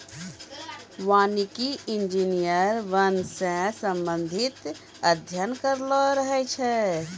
वानिकी इंजीनियर वन से संबंधित अध्ययन करलो रहै छै